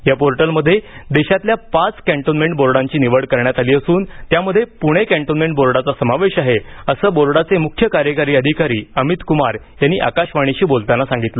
या पोर्टलमध्ये देशातल्या पाच कॅन्टोन्मेंट बोर्डांची निवड करण्यात आली असून त्यात पूणे कॅन्टोमेंट बोर्डाचा समावेश आहे असं बोर्डाचे मुख्य कार्यकारी अधिकारी अमितक्मार यांनी आकाशवाणीशी बोलताना सांगितलं